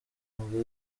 ngo